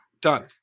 done